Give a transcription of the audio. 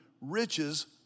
riches